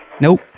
Nope